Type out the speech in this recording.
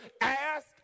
ask